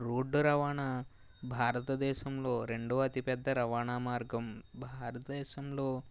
road రవాణా భారత దేశంలో రెండవ అతిపెద్ద రవాణా మార్గం భారత దేశంలో